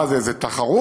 מה זה, זה תחרות?